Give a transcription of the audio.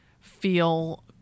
feel